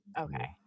Okay